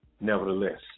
Nevertheless